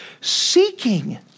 Seeking